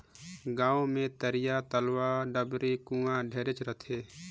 गांव मे तरिया, तलवा, डबरी, कुआँ ढेरे रथें